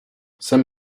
jsem